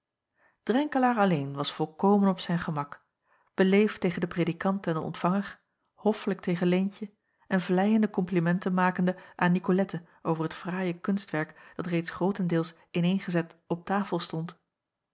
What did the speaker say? drenkelaer alleen was volkomen op zijn gemak beleefd tegen den predikant en den ontvanger hoffelijk tegen leentje en vleiende komplimenten makende aan nicolette over het fraaie kunstwerk dat reeds grootendeels in eengezet op tafel stond